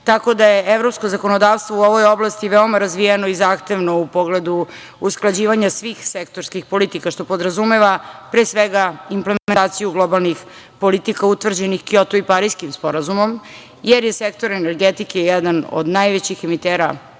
tako da je evropsko zakonodavstvo u ovoj oblasti veoma razvijeno i zahtevno u pogledu usklađivanja svih sektorskih politika, što podrazumeva pre svega implementaciju globalnih politika, utvrđenih Kjoto i Pariskim sporazumom, jer je sektor energetike jedan od najvećih emitera